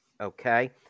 Okay